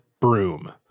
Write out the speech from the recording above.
broom